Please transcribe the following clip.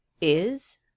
Is